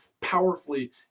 powerfully